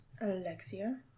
Alexia